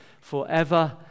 forever